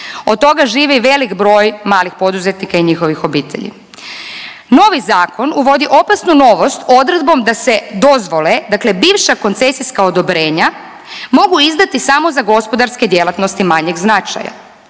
Od toga živi i velik broj malih poduzetnika i njihovih obitelji. Novi zakon uvodi opasnu novost odredbom da se dozvole, dakle bivša koncesijska odobrenja, mogu izdati samo za gospodarske djelatnosti manjeg značaja.